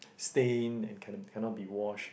stained and cannot cannot be washed